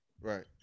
Right